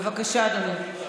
בבקשה, אדוני.